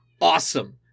awesome